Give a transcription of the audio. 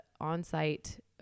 on-site